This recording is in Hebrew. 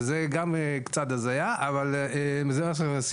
גם זה דבר קצת הזוי.